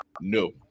no